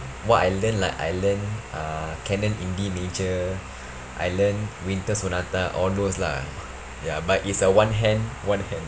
what I learn like I learn uh canon in D major I learn winter sonata all those lah ya but it's a one hand one hand